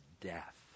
death